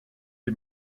die